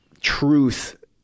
truth